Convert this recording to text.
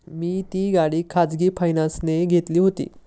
मी ती गाडी खाजगी फायनान्सने घेतली होती